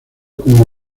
como